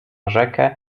rzekę